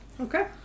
Okay